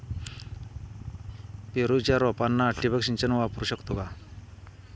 पेरूच्या रोपांना ठिबक सिंचन वापरू शकतो का?